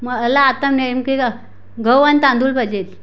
मला आता नेमके गह गहू आणि तांदूळ पाहिजेत